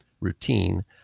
routine